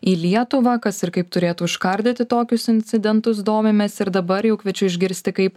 į lietuvą kas ir kaip turėtų užkardyti tokius incidentus domimės ir dabar jau kviečiu išgirsti kaip